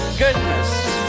goodness